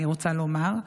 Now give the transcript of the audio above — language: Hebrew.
אני רוצה לומר.